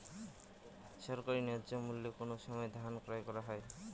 সরকারি ন্যায্য মূল্যে কোন সময় ধান ক্রয় করা হয়?